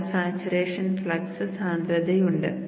6 saturation flux സാന്ദ്രതയുണ്ട്